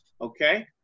Okay